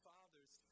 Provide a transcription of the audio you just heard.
Father's